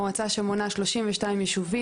מועצה שמונה 32 ישובים.